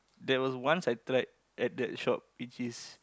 there was once I tried at that shop it is